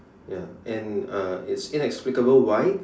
ya and uh it's inexplicable why